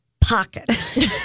pocket